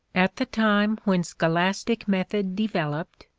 at the time when scholastic method developed,